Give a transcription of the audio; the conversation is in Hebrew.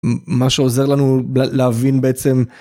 מ מה שעוזר לנו ל להבין בעצם.